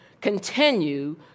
continue